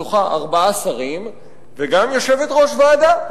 מתוכה ארבעה שרים וגם יושבת-ראש ועדה,